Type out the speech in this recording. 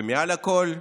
ומעל הכול,